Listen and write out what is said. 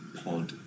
pod